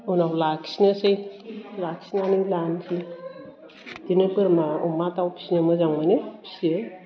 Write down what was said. उनाव लाखिनोसै लाखिनानै लानोसै बिदिनो बोरमा अमा दाउ फिनो मोजां मोनो फियो